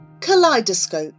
Kaleidoscope